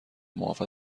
معاف